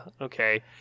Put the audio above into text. okay